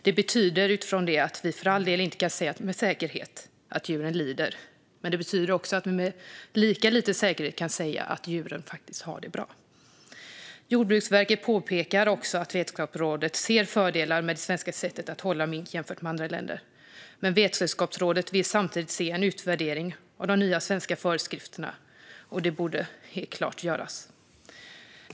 Det betyder att vi för all del inte kan säga med säkerhet att djuren lider, men det betyder också att vi med lika lite säkerhet kan säga att djuren har det bra. Jordbruksverket pekar på att det vetenskapliga rådet ser fördelar med det svenska sättet att hålla mink jämfört med andra länder. Men rådet vill samtidigt se en utvärdering av de nya svenska föreskrifterna, och en sådan borde helt klart göras.